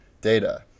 data